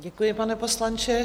Děkuji, pane poslanče.